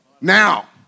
now